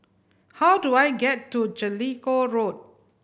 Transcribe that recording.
how do I get to Jellicoe Road